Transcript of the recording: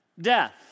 death